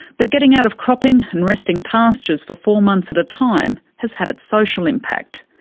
but getting out of cropping and resting pastures for four months at a time has had its social impact.